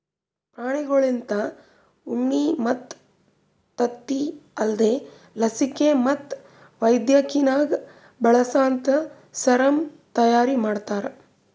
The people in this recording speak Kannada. ಪ್ರಾಣಿಗೊಳ್ಲಿಂತ ಉಣ್ಣಿ ಮತ್ತ್ ತತ್ತಿ ಅಲ್ದೇ ಲಸಿಕೆ ಮತ್ತ್ ವೈದ್ಯಕಿನಾಗ್ ಬಳಸಂತಾ ಸೆರಮ್ ತೈಯಾರಿ ಮಾಡ್ತಾರ